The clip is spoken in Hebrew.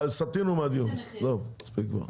מספיק,